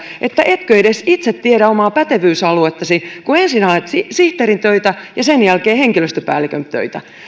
että etkö edes itse tiedä omaa pätevyysaluettasi kun ensin haet sihteerin töitä ja sen jälkeen henkilöstöpäällikön töitä